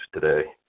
today